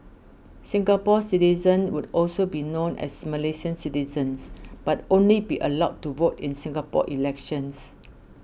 Singapore citizens would also be known as Malaysian citizens but only be allowed to vote in Singapore elections